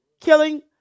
killing